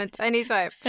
anytime